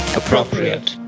appropriate